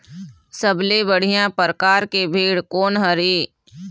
सबले बढ़िया परकार के भेड़ कोन हर ये?